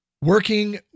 Working